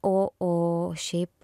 o o šiaip